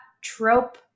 trope